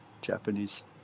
Japanese